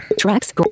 Tracks